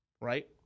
right